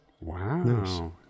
Wow